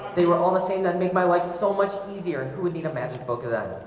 they were all the same that make my life is so much easier and who would need a magic book of that?